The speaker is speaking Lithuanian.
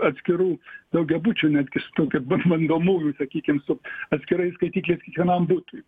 atskirų daugiabučių netgi su tokia bandomųjų sakykim su atskirais skaitikliais kiekvienam butui